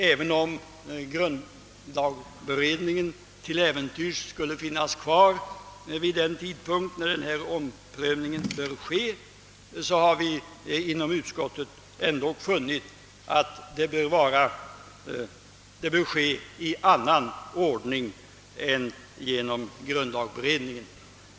Även om grundlagberedningen till äventyrs skulle finnas kvar vid den tidpunkt när omprövningen bör ske har vi inom utskottet ändå funnit att omprövningen bör företas i annan ordning än genom grundlagberedningen.